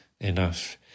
enough